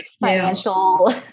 financial